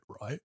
right